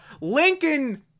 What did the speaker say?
lincoln